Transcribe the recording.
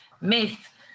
myth